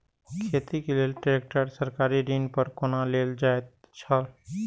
खेती के लेल ट्रेक्टर सरकारी ऋण पर कोना लेल जायत छल?